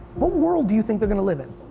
what world do you think they're gonna live in?